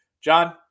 John